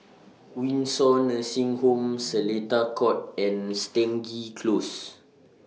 Windsor Nursing Home Seletar Court and Stangee Close